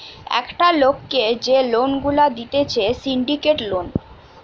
একটা লোককে যে লোন গুলা দিতেছে সিন্ডিকেট লোন